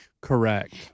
Correct